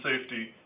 safety